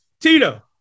Tito